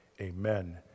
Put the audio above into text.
amen